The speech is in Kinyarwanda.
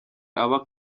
aba